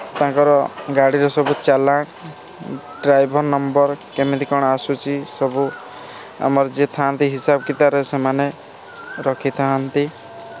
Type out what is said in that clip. ତାଙ୍କର ଗାଡ଼ିର ସବୁ ଚାଲିଲା ଡ୍ରାଇଭର୍ ନମ୍ବର୍ କେମିତି କ'ଣ ଆସୁଛି ସବୁ ଆମର ଯିଏ ଥାନ୍ତି ହିସାବ କିତାବରେ ସେମାନେ ରଖିଥାନ୍ତି